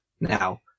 Now